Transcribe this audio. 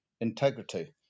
integrity